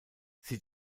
sie